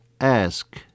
ask